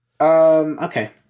okay